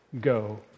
Go